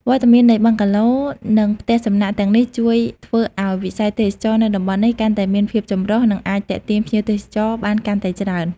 វត្តមាននៃបឹងហ្គាឡូ និងផ្ទះសំណាក់ទាំងនេះជួយធ្វើឲ្យវិស័យទេសចរណ៍នៅតំបន់នេះកាន់តែមានភាពចម្រុះ និងអាចទាក់ទាញភ្ញៀវទេសចរបានកាន់តែច្រើន។